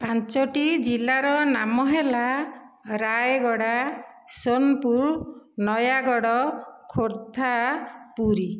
ପାଞ୍ଚଟି ଜିଲ୍ଲାର ନାମ ହେଲା ରାୟଗଡ଼ା ସୋନପୁର ନୟାଗଡ଼ ଖୋର୍ଦ୍ଧା ପୁରୀ